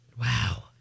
Wow